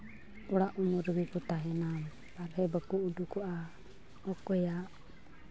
ᱚᱲᱟᱜ ᱩᱢᱩᱞ ᱨᱮᱜᱮ ᱠᱚ ᱛᱟᱦᱮᱱᱟ ᱵᱟᱦᱨᱮ ᱵᱟᱠᱚ ᱩᱥᱩᱠᱚᱜᱼᱟ ᱚᱠᱚᱭᱟᱜ